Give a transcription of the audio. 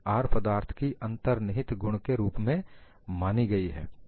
R पदार्थ की अंतर्निहित गुण के रूप में मानी गई है